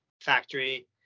factory